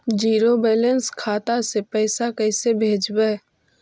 Zero balance खाता से पैसा कैसे भेजबइ?